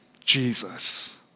Jesus